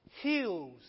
heals